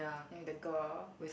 and the girl